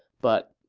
but,